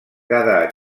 cada